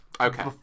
Okay